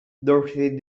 dorothy